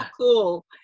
cool